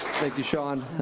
thank you shawn.